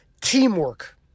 teamwork